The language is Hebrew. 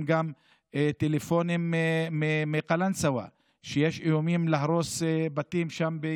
טלפונים מקלנסווה שיש איומים להרוס בתים שם.